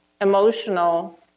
emotional